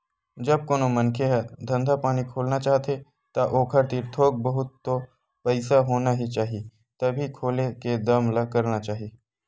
जब कोनो मनखे ह धंधा पानी खोलना चाहथे ता ओखर तीर थोक बहुत तो पइसा होना ही चाही तभे खोले के दम ल करना चाही